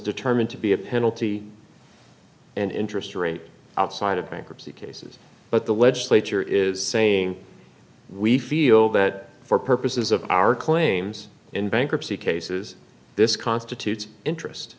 determined to be a penalty and interest rate outside of bankruptcy cases but the legislature is saying we feel that for purposes of our claims in bankruptcy cases this constitutes interest